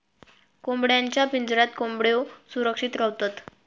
कोंबड्यांच्या पिंजऱ्यात कोंबड्यो सुरक्षित रव्हतत